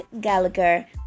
Gallagher